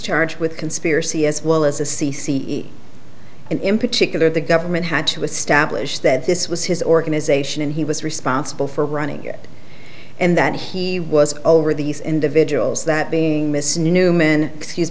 charged with conspiracy as well as a c c in particular the government had to establish that this was his organization and he was responsible for running it and that he was over these individuals that being miss newman excuse